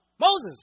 Moses